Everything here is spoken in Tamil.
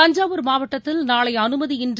தஞ்சாவூர் மாவட்டத்தில் நாளை அனுமதியின்றி